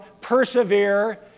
persevere